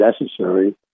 necessary